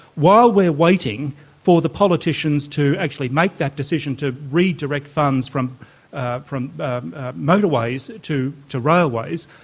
while we're waiting for the politicians to actually make that decision to redirect funds from ah from motorways to to railways,